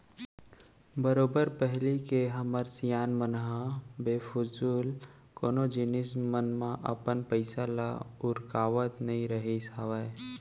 बरोबर पहिली के हमर सियान मन ह बेफिजूल कोनो जिनिस मन म अपन पइसा ल उरकावत नइ रहिस हावय